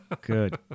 good